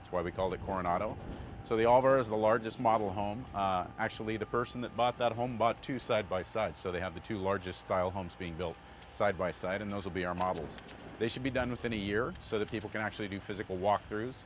that's why we call the core an auto so the author has the largest model home actually the person bought that home bought two side by side so they have the two largest style homes being built side by side and those will be our models they should be done within a year so that people can actually do physical walkthrough